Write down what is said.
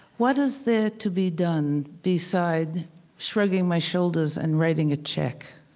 what is there to be done, besides shrugging my shoulders and writing a check?